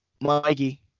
Mikey